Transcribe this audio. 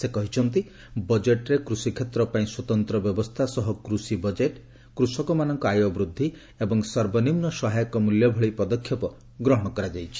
ସେ କହିଛନ୍ତି ବଜେଟ୍ରେ କୃଷିକ୍ଷେତ୍ର ପାଇଁ ସ୍ୱତନ୍ତ୍ର ବ୍ୟବସ୍ଥା ସହ କୃଷି ବଜେଟ୍ କୃଷକମାନଙ୍କ ଆୟ ବୃଦ୍ଧି ଏବଂ ସର୍ବନିମ୍ନ ସହାୟକ ମୂଲ୍ୟ ଭଳି ପଦକ୍ଷେପ ଗ୍ରହଣ କରାଯାଇଛି